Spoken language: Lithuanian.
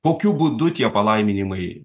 kokiu būdu tie palaiminimai